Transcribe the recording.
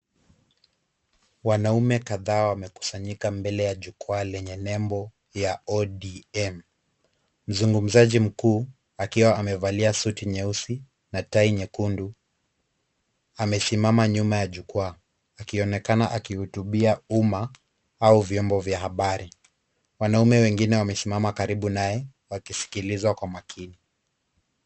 Wanaume kadhaa wamekusanyika mbele ya jukwaa lenye nembo ya ODM. Mzungumzaji mkuu akiwa amevalia suti nyeusi na tai nyekundu amesimama nyuma ya jukwaa akionekana akihutubia umma au vyombo vya habari. Wanaume wengine wamesimama karibu naye wakisikiliza kwa makini.